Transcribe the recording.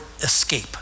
escape